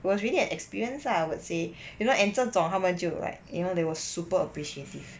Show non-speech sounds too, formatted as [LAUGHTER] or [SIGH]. it was really an experience ah I would say [BREATH] you know and 这种他们就 like you know they were super appreciative